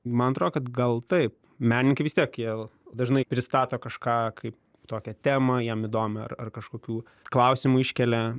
man atro kad gal taip menininkai vis tiek jie dažnai pristato kažką kaip tokią temą jiem įdomią ar ar kažkokių klausimų iškelia